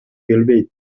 келбейт